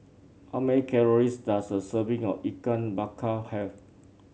how many calories does a serving of Ikan Bakar have